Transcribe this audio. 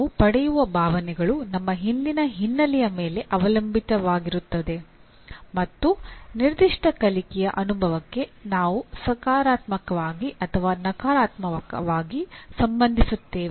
ನಾವು ಪಡೆಯುವ ಭಾವನೆಗಳು ನಮ್ಮ ಹಿಂದಿನ ಹಿನ್ನೆಲೆಯ ಮೇಲೆ ಅವಲಂಬಿತವಾಗಿರುತ್ತದೆ ಮತ್ತು ನಿರ್ದಿಷ್ಟ ಕಲಿಕೆಯ ಅನುಭವಕ್ಕೆ ನಾವು ಸಕಾರಾತ್ಮಕವಾಗಿ ಅಥವಾ ನಕಾರಾತ್ಮಕವಾಗಿ ಸಂಬಂಧಿಸುತ್ತೇವೆ